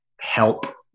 help